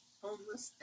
homeless